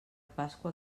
pasqua